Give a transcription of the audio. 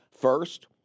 First